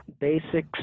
basic